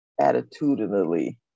attitudinally